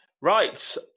Right